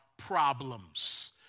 problems